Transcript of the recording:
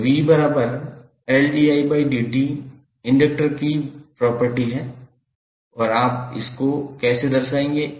तो 𝑣𝐿𝑑𝑖𝑑𝑡 इंडक्टर की संपत्ति है और आप इसका कैसे दर्शाएंगे